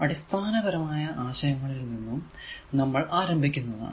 അടിസ്ഥാനപരമായ ആശയങ്ങളിൽ നിന്നും നമ്മൾ ആരംഭിക്കുന്നതാണ്